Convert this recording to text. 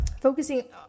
focusing